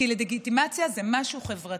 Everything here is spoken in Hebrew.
כי לגיטימציה זה משהו חברתי.